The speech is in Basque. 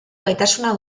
gaitasuna